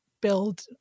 build